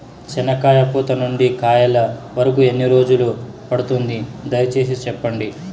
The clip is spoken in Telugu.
చెనక్కాయ పూత నుండి కాయల వరకు ఎన్ని రోజులు పడుతుంది? దయ సేసి చెప్పండి?